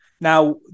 Now